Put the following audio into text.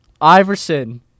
Iverson